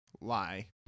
lie